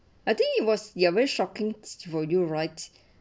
I think it was ya very shocking were you right